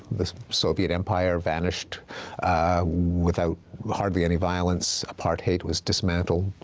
the soviet empire vanished without hardly any violence. apartheid was dismantled,